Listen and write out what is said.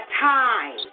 time